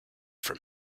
from